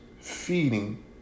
feeding